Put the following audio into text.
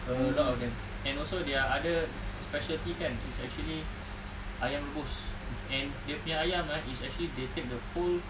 a lot of them and also there are other specialty kan it's actually ayam rebus and dia punya ayam it's actually they take the whole